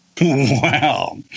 Wow